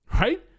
right